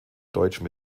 deutschen